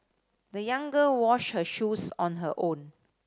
the young girl washed her shoes on her own